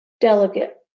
delegate